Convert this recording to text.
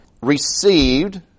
received